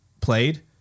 played